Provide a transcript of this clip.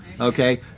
okay